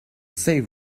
save